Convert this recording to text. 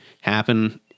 happen